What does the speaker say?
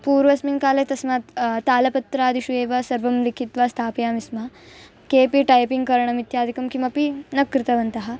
पूर्वस्मिन् काले तस्मात् तालपत्रादीषु एव सर्वं लिखित्वा स्थापयामि स्म केऽपि टैपिङ्ग्करणम् इत्यादिकं किमपि न कृतवन्तः